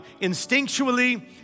Instinctually